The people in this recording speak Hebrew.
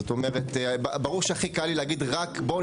זאת אומרת ברור שהכי קל לי להגיד רק בואו